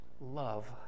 love